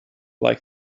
like